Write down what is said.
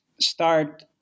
start